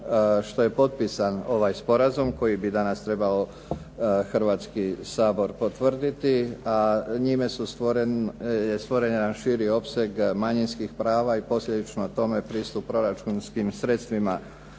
što je potpisan ovaj sporazum koji bi danas treba Hrvatski sabor potvrditi, a njime su stvoren, stvoren jedan širi opseg manjinskih prava i posljedično tome pristup proračunskim sredstvima